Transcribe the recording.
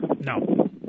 No